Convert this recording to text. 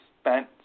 spent